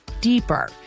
deeper